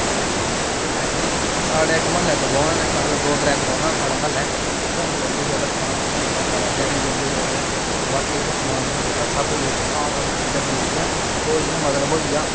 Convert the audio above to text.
एह् इक्क साढ़े म्हल्ले इक्क दुकान ऐ मतलब दौ त्रै दुकानां न साढ़े म्हल्लै उधारी लैने गी समान लैने गी जंदे जेल्लै बाकी असें समान जेह्का आल राउंडर चीजां मिली जंदियां ओह् जि'यां मतलब होई गेआ